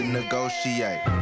negotiate